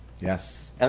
Yes